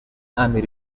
army